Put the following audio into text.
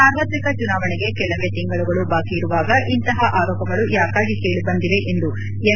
ಸಾರ್ವತ್ರಿಕ ಚುನಾವಣೆಗೆ ಕೆಲವೇ ತಿಂಗಳುಗಳು ಬಾಕಿಯಿರುವಾಗ ಇಂತಹ ಆರೋಪಗಳು ಯಾಕಾಗಿ ಕೇಳಿ ಬಂದಿವೆ ಎಂದು ಎಂ